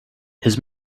his